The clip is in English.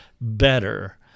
better